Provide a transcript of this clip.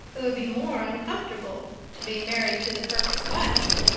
it would be more uncomfortable to be married to the perfect wife,